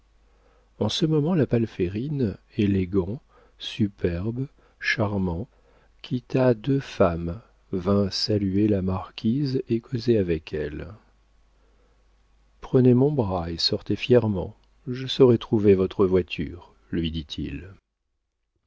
en ce moment la palférine élégant superbe charmant quitta deux femmes vint saluer la marquise et causer avec elle prenez mon bras et sortez fièrement je saurai trouver votre voiture lui dit-il